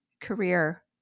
career